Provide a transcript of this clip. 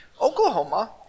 Oklahoma